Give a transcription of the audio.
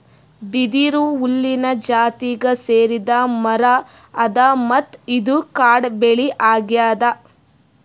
ಬಿದಿರು ಹುಲ್ಲಿನ್ ಜಾತಿಗ್ ಸೇರಿದ್ ಮರಾ ಅದಾ ಮತ್ತ್ ಇದು ಕಾಡ್ ಬೆಳಿ ಅಗ್ಯಾದ್